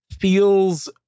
feels